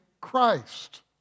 Christ